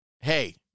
hey